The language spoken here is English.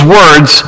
words